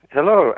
Hello